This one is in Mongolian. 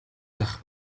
зах